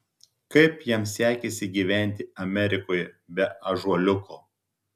kaip jam sekėsi gyventi amerikoje be ąžuoliuko